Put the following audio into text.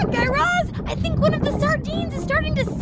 guy raz, i think one of the sardines is starting to